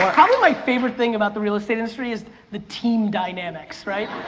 probably my favorite thing about the real estate industry is the team dynamics, right?